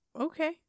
okay